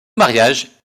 mariage